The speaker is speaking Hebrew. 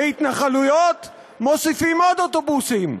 להתנחלויות, מוסיפים עוד אוטובוסים.